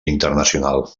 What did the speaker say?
internacional